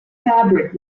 fabric